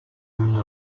une